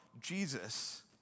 Jesus